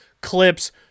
clips